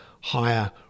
higher